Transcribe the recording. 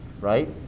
right